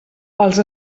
els